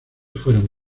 fueron